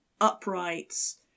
uprights